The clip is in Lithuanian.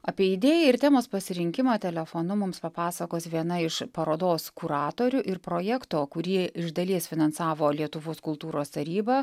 apie idėją ir temos pasirinkimą telefonu mums papasakos viena iš parodos kuratorių ir projekto kurį iš dalies finansavo lietuvos kultūros taryba